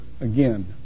again